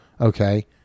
Okay